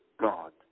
God